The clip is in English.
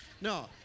no